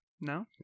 no